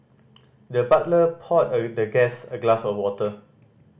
the butler poured the guest a glass of water